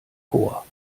chor